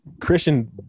Christian